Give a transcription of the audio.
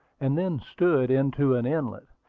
and then stood into an inlet,